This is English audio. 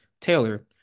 Taylor